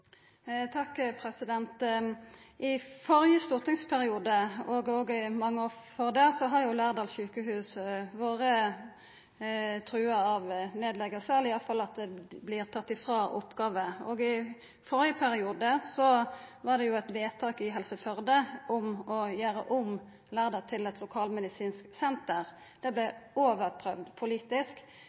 I førre stortingsperiode, og òg mange år før det, har Lærdal sjukehus vore truga av nedlegging, eller i alle fall av å verta fråteke oppgåver. I førre periode var det eit vedtak i Helse Førde om å gjera om Lærdal sjukehus til eit lokalmedisinsk senter. Det vart overprøvd politisk.